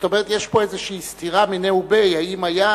זאת אומרת, יש פה איזו סתירה מיניה וביה, האם היה